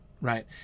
right